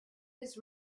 his